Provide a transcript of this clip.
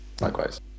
Likewise